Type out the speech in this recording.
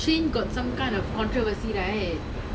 oh ya ya ya K K let's do it soon ah